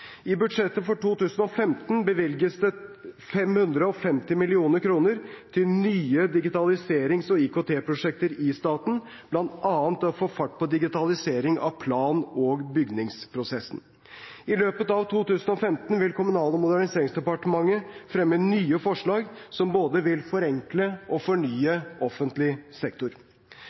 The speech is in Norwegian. I budsjettet for 2015 bevilges det 550 mill. kr til nye digitaliserings- og IKT-prosjekter i staten, bl.a. det å få fart på digitalisering av plan- og bygningsprosessen. I løpet av 2015 vil Kommunal- og moderniseringsdepartementet fremme nye forslag som både vil forenkle og fornye offentlig sektor.